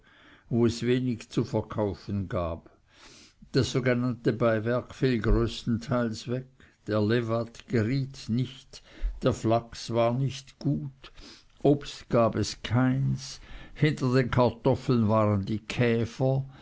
wo es wenig zu verkaufen gab das sogenannte beiwerk fiel größtenteils weg der lewat geriet nicht der flachs war nicht gut obst gab es keins hinter den kartoffeln waren die käfer